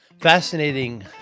fascinating